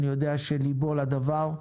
אני יודע שליבו לדבר.